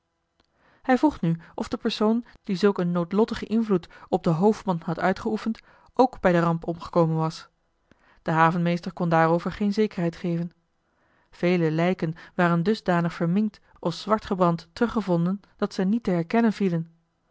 hij vroeg nu of de persoon die zulk een noodlottigen invloed op den hoofdman had uitgeoefend ook bij de ramp omgekomen was de havenmeester kon daarover geen zekerheid geven vele lijken waren dusdanig verminkt of zwartgebrand terug gevonden dat ze niet te herkennen vielen